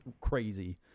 crazy